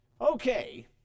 Okay